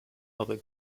other